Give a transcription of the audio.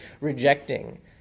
rejecting